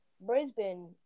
Brisbane